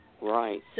Right